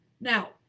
Now